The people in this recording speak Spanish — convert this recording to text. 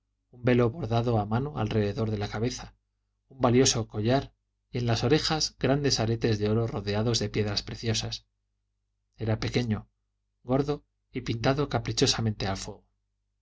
velo bordado a mano alrededor de la cabeza un valioso collar y en las orejas grandes aretes de oro rodeados de piedras preciosas era pequeño gordo y pintado caprichosamente a fuego